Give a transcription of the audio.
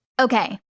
Okay